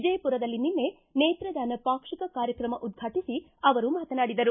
ವಿಜಯಪುರದಲ್ಲಿ ನಿನ್ನೆ ನೇತ್ರದಾನ ಪಾಕ್ಷಿಕ ಕಾರ್ಯಕ್ರಮ ಉದ್ಘಾಟಿಸಿ ಅವರು ಮಾತನಾಡಿದರು